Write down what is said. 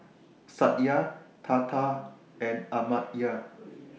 Satya Tata and Amartya